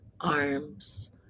arms